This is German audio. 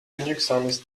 genügsames